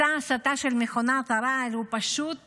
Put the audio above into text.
מסע ההסתה של מכונת הרעל הוא פשוט